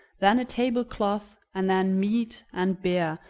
then a table-cloth, and then meat, and beer,